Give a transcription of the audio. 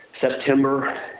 September